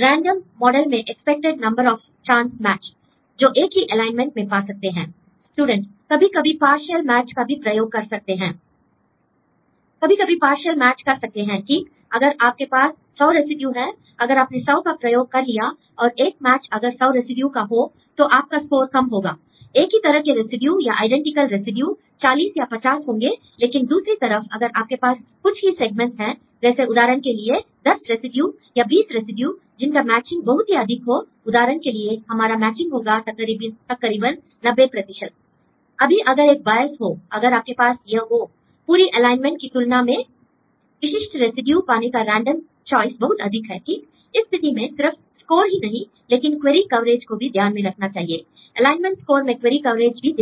random model में expected number of chance match जो एक ही एलाइनमेंट में पा सकते हैं l स्टूडेंट कभी कभी पार्शियल मैच का भी प्रयोग कर सकते हैं l कभी कभी पार्शियल मैच कर सकते हैं ठीक अगर आपके पास 100 रेसिड्यू हैं अगर आपने 100 का प्रयोग कर लिया और एक मैच अगर 100 रेसिड्यू का हो तो आपका स्कोर कम होगा l एक ही तरह के रेसिड्यू या आईडेंटिकल रेसिड्यू 40 या 50 होंगे लेकिन दूसरी तरफ अगर आपके पास कुछ ही सेगमेंटह हैं जैसे उदाहरण के लिए 10 रेसिड्यू या 20 रेसिड्यू जिनका मैचिंग बहुत ही अधिक हो उदाहरण के लिए हमारा मैचिंग होगा तकरीबन 90 l अभी अगर एक बायस हो अगर आपके पास यह हो पूरी एलाइनमेंट की तुलना में विशिष्ट रेसिड्यू पाने का रेंडम चॉय्स बहुत अधिक है ठीक l इस स्थिति में सिर्फ स्कोर ही नहीं लेकिन क्वेरी कवरेज को भी ध्यान में रखना चाहिए l एलाइनमेंट स्कोर में क्वेरी कवरेज भी